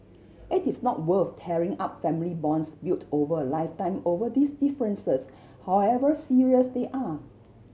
it is not worth tearing up family bonds built over a lifetime over these differences however serious they are